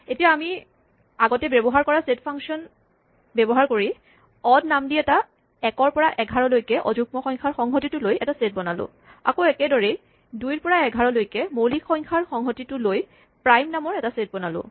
এতিয়া আমি আগতে ব্যৱহাৰ কৰা ছেট ফাংচন ব্যৱহাৰ কৰি অড নাম দি একৰ পৰা এঘাৰলৈকে অযুগ্ম সংখ্যাৰ সংহতিটো লৈ এটা ছেট বনালোঁ আকৌ একেদৰেই দুইৰ পৰা এঘাৰলৈকে মৌলিক সংখ্যাৰ সংহতিটো লৈ প্ৰাইম নামৰ এটা ছেট বনালোঁ